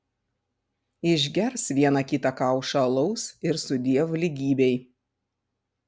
išgers vieną kita kaušą alaus ir sudiev lygybei